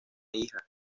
hija